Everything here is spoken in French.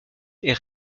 est